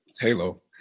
Halo